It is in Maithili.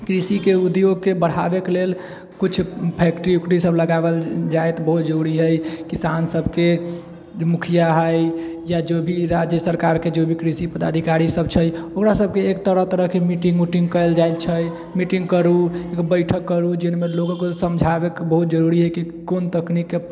कृषिके उद्योगके बढ़ाबैके लेल कुछ फैक्ट्री वैक्ट्री सब लगावल जाइ बहुत जरुरी है किसान सबके जे मुखिया है या जो भी राज्य सरकारके जो भी कृषि पदाधिकारी सब छै ओकरा सबके तरह तरहके मीटिङ्ग उटिङ्ग कयल जाइत छै मीटिङ्ग करु बैठक करु जिनमे लोक सबके समझाबैके बहुत जरुरी है कि कोन तकनीकके